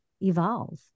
evolve